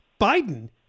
Biden